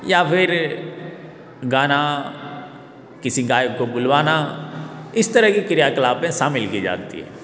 या फिर गाना किसी गायक को बुलवाना इस तरह की क्रियाकलापें शामिल की जाती है